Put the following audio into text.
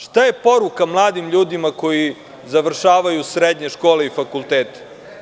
Šta je poruka mladim ljudima koji završavaju srednje škole i fakultete?